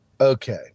Okay